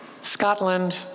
Scotland